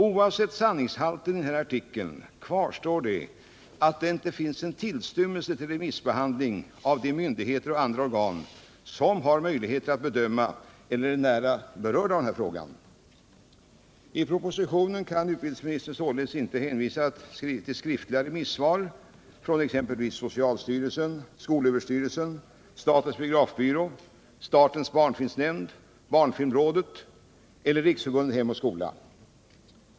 Oavsett sanningshalten i denna artikel kvarstår att det inte finns en tillstymmelse till remissbehandling från de myndigheter och andra organ som har möjligheter att bedöma eller är nära berörda av frågan. I propositionen kan utbildningsministern således inte hänvisa till skriftliga remissvar från exempelvis socialstyrelsen, skolöverstyrelsen, statens biografbyrå, statens barnfilmnämnd, barnfilmrådet eller Riksförbundet Hem och skola.